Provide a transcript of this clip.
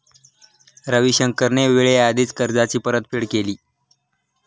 रविशंकरने वेळेआधीच कर्जाची परतफेड केली